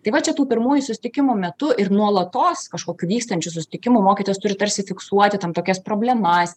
tai va čia tų pirmųjų susitikimų metu ir nuolatos kažkokių vykstančių susitikimų mokytojas turi tarsi fiksuoti tam tokias problemas